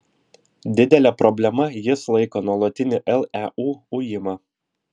didele problema jis laiko nuolatinį leu ujimą